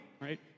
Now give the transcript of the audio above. right